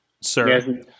sir